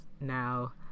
now